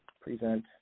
present